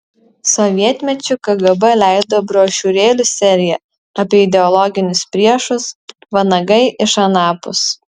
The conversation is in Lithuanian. sovietmečiu kgb leido brošiūrėlių seriją apie ideologinius priešus vanagai iš anapus